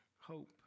hope